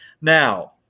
Now